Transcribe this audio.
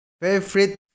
Favorite